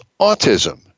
autism